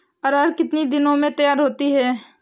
अरहर कितनी दिन में तैयार होती है?